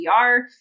VR